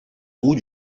roue